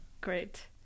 Great